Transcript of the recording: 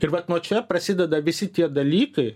ir vat nuo čia prasideda visi tie dalykai